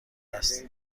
است